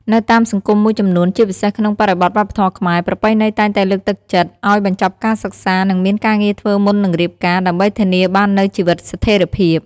នៅតាមសង្គមមួយចំនួន ជាពិសេសក្នុងបរិបទវប្បធម៌ខ្មែរ ប្រពៃណីតែងតែលើកទឹកចិត្តឱ្យបញ្ចប់ការសិក្សា និងមានការងារធ្វើមុននឹងរៀបការ ដើម្បីធានាបាននូវជីវិតស្ថិរភាព។